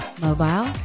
mobile